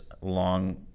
long